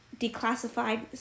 declassified